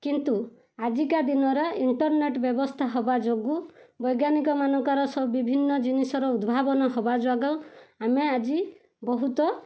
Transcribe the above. କିନ୍ତୁ ଆଜିକା ଦିନରେ ଇଣ୍ଟରନେଟ୍ ବ୍ୟବସ୍ଥା ହେବା ଯୋଗୁଁ ବୈଜ୍ଞାନିକମାନଙ୍କର ସବୁ ବିଭିନ୍ନ ଜିନିଷର ଉଦ୍ଭାବନ ହେବା ଯୋଗୁଁ ଆମେ ଆଜି ବହୁତ